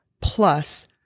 plus